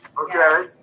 Okay